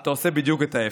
אתה עושה בדיוק ההפך.